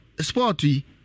sporty